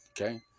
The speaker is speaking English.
okay